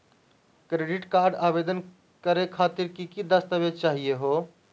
Credit card आवेदन करे खातीर कि क दस्तावेज चाहीयो हो?